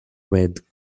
red